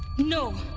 no!